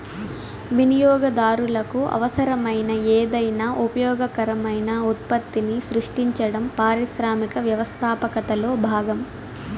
వినియోగదారులకు అవసరమైన ఏదైనా ఉపయోగకరమైన ఉత్పత్తిని సృష్టించడం పారిశ్రామిక వ్యవస్థాపకతలో భాగం